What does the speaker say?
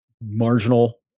marginal